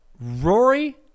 Rory